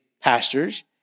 pastors